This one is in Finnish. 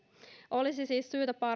olisi siis syytä